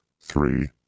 Three